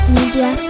Media